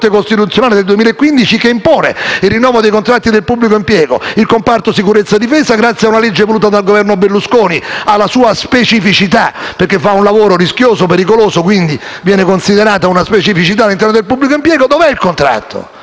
Il comparto sicurezza e difesa, grazie a una legge voluta dal Governo Berlusconi, ha la sua specificità in quanto svolge un lavoro rischioso e pericoloso, che viene considerata una specificità all'interno del pubblico impiego. Ma dov'è il contratto?